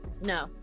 No